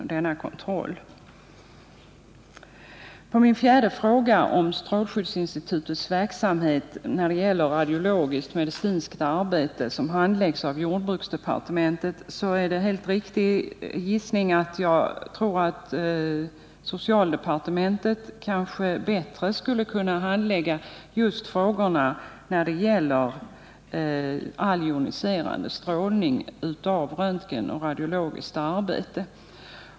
I min fjärde fråga tog jag upp det förhållandet att strålskyddsinstitutets verksamhet när det gäller radiologiskt medicinskt arbete sorterar under jordbruksdepartementet. Det är en helt riktig gissning att jag tror att socialdepartementet kanske bättre skulle kunna handlägga just frågor som gäller joniserande strålning i samband med röntgen och radiologiskt arbete.